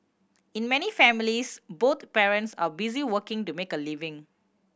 in many families both parents are busy working to make a living